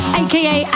aka